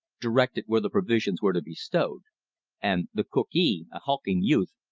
directed where the provisions were to be stowed and the cookee, a hulking youth,